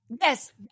Yes